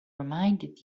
reminded